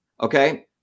Okay